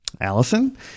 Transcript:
allison